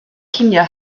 cinio